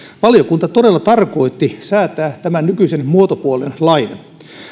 valiokunta todella tarkoitti säätää tämän nykyisen muotopuolen lain